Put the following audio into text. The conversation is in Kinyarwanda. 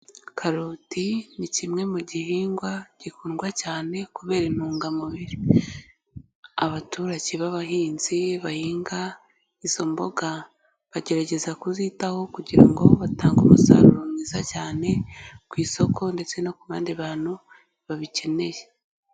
Karoti ni kimwe mu gihingwa gikundwa cyane kubera intungamubiri. Abaturage b'abahinzi bahinga izo mboga, bagerageza kuzitaho kugira ngo batange umusaruro mwiza cyane, ku isoko ndetse no ku bandi bantu babikeneye.